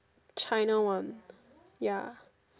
China one ya